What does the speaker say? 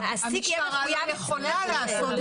אבל --- המשטרה לא יכולה לעשות,